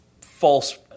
false